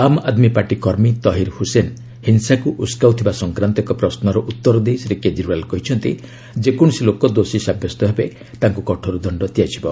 ଆମ୍ ଆଦମୀ ପାର୍ଟି କର୍ମୀ ତହିର ହୁସେନ ହିଂସାକୁ ଉସକାଉଥିବା ସଂକ୍ରାନ୍ତ ଏକ ପ୍ରଶ୍ୱର ଉତ୍ତର ଦେଇ ଶ୍ରୀ କେଜରିଓ୍ବାଲ କହିଛନ୍ତି ଯେକୌଣସି ଲୋକ ଦୋଷୀ ସାବ୍ୟସ୍ତ ହେବେ ତାଙ୍କୁ କଠୋର ଦଶ୍ଚ ଦିଆଯିବ